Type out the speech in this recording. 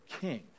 king